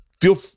feel